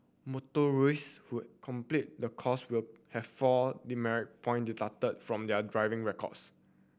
motorist who complete the course will have four demerit point deducted from their driving records